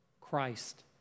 christ